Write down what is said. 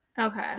Okay